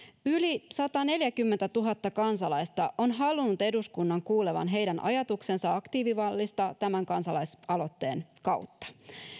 yli sataneljäkymmentätuhatta kansalaista on halunnut eduskunnan kuulevan heidän ajatuksensa aktiivimallista tämän kansalaisaloitteen kautta